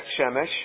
Shemesh